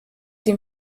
dem